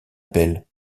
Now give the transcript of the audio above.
pelle